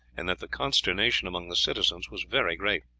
and that the consternation among the citizens was very great.